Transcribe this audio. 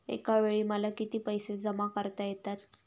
एकावेळी मला किती पैसे जमा करता येतात?